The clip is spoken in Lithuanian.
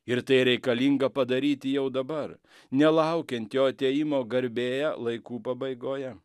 ir tai reikalinga padaryti jau dabar nelaukiant jo atėjimo garbėje laikų pabaigoje